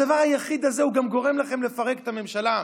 הדבר היחיד הזה גם גורם לכם לפרק את הממשלה,